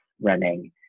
running